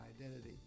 identity